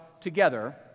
together